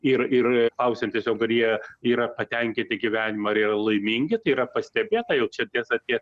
ir ir klausiant tiesiog ar jie yra patenkiti gyvenimu ar jie yra laimingi tai yra pastebėta jau čia tiesa tie